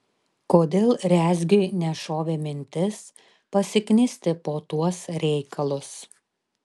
kodėl rezgiui nešovė mintis pasiknisti po tuos reikalus